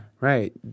Right